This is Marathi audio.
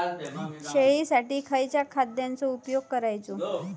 शेळीसाठी खयच्या खाद्यांचो उपयोग करायचो?